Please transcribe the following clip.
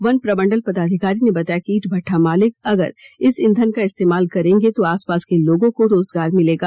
one प्रमण्डल पदाधिकारी ने बताया कि ईंट भट्टा मालिक अगर इस ईंधन का इस्तेमाल करेंगे तो आसपास के लोगों को रोजगार मिलेगा